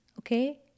okay